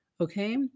Okay